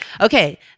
Okay